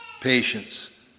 patience